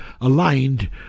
aligned